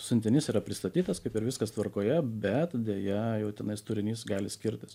siuntinys yra pristatytas kaip ir viskas tvarkoje bet deja jau tenais turinys gali skirtis